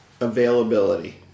availability